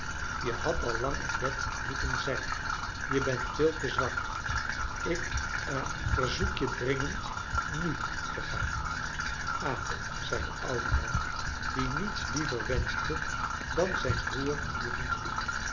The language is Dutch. je hadt al lang in bed moeten zijn je bent veel te zwak ik ha verzoek je dringend nu te gaan hal zei de oude man die niets liever wenschte dan zijn broer genoegen te doen